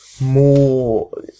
more